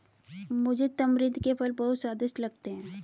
मुझे तमरिंद के फल बहुत स्वादिष्ट लगते हैं